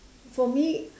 for me